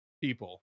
people